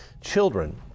children